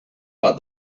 but